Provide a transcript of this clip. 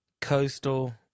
Coastal